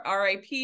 RIP